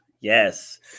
Yes